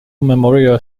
memorial